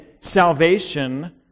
salvation